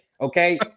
Okay